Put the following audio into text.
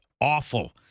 awful